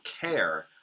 care